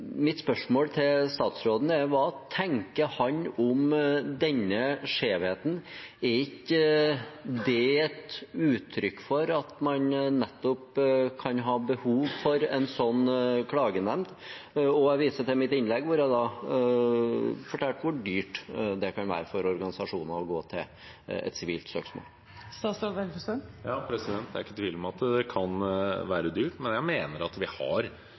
mitt spørsmål til statsråden er: Hva tenker han om denne skjevheten? Er ikke det et uttrykk for at man kan ha behov for nettopp en slik klagenemnd? Jeg viser til mitt innlegg, hvor jeg fortalte hvor dyrt det kan være for organisasjoner å gå til et sivilt søksmål. Det er ikke tvil om at det kan være dyrt, men jeg mener at vi har